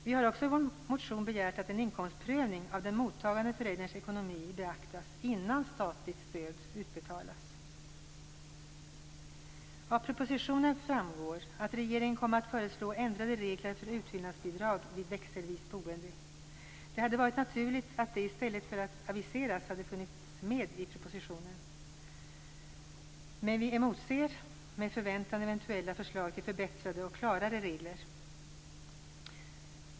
Vi har också i vår motion begärt att en inkomstprövning av den mottagande förälderns ekonomi beaktas innan statligt stöd utbetalas. Av propositionen framgår att regeringen kommer att föreslå ändrade regler för utfyllnadsbidrag vid växelvis boende. Det hade varit naturligt att det i stället för att aviseras hade funnits med i propositionen. Men vi emotser med förväntan eventuella förslag till förbättrade och klarare regler.